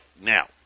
now